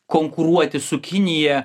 konkuruoti su kinija